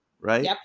Right